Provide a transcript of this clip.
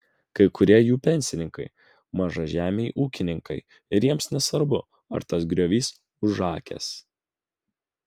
kai kurie jų pensininkai mažažemiai ūkininkai ir jiems nesvarbu ar tas griovys užakęs